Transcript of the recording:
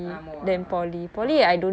ஆமாவா:aamaavaa oh